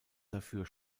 dafür